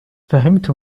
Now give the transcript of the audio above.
فهمت